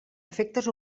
efectes